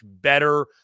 better